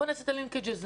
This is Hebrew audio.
בוא נעשה את הלינקג' הזה.